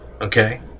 Okay